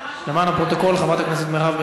אנחנו מחילים את דין הרציפות על הצעת החוק.